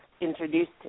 introduced